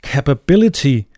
Capability